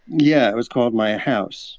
yeah. it was called my house